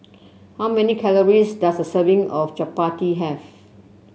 how many calories does a serving of Chapati have